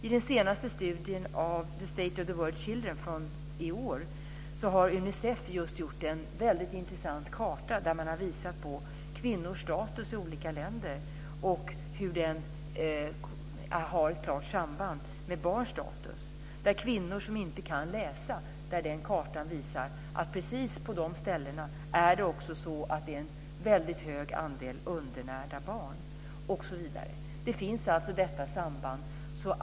I den senaste studien av The State of the World's Children från i år har Unicef just gjort en väldigt intressant karta där man har visat på kvinnors status i olika länder, hur den har ett klart samband med barns status. Där kvinnor inte kan läsa visar kartan att precis på de ställen är det också en väldigt hög andel undernärda barn osv. Det finns alltså ett samband.